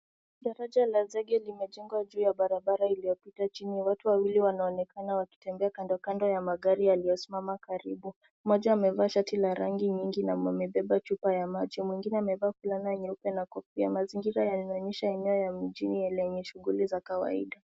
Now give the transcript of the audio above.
Daraja la zege limejengwa juu ya barabara iliyopita chini. Watu wawili wanaonekana wakitembea kando kando ya magari yaliyosimama karibu. Mmoja amevaa shati la rangi nyingi na amebeba chupa ya maji, mwengine amevaa fulana nyeupe na kofia. Mazingira yanaonyesha eneo ya mjini lenye shughuli za kawaida.